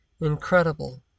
Incredible